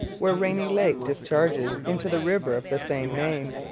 where rainy lake discharges into the river of the same name.